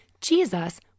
Jesus